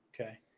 Okay